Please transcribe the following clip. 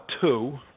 two